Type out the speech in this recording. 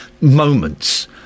Moments